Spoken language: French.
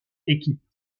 équipes